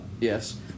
Yes